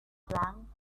flung